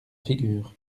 figure